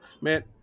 Man